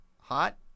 hot